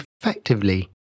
effectively